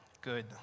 Good